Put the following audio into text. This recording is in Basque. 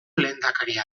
lehendakaria